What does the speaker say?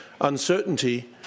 uncertainty